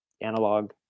analog